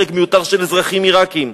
הרג מיותר של אזרחים עירקים.